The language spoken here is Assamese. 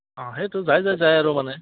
অঁ সেইটো যাই যাই যায় আৰু মানে